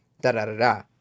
da-da-da-da